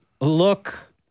look